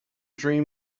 dream